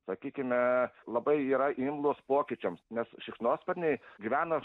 sakykime labai yra imlūs pokyčiams nes šikšnosparniai gyvena